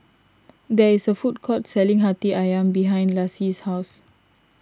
there is a food court selling Hati Ayam behind Lassie's house